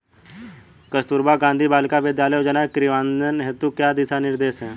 कस्तूरबा गांधी बालिका विद्यालय योजना के क्रियान्वयन हेतु क्या दिशा निर्देश हैं?